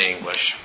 English